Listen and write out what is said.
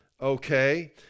okay